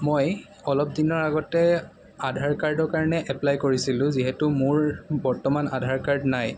মই অলপ দিনৰ আগতে আধাৰ কাৰ্ডৰ কাৰণে এপ্লাই কৰিছিলোঁ যিহেতু মোৰ বৰ্তমান আধাৰ কাৰ্ড নাই